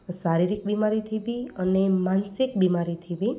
શારીરિક બીમારીથી બી અને માનસિક બીમારીથી બી